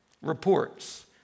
reports